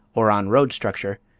or on road structure,